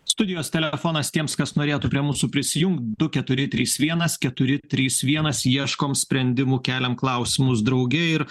studijos telefonas tiems kas norėtų prie mūsų prisijungt du keturi trys vienas keturi trys vienas ieškom sprendimų keliam klausimus drauge ir